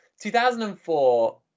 2004